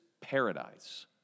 paradise